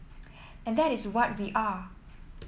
and that is what we are